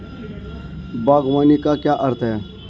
बागवानी का क्या अर्थ है?